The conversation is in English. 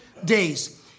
Days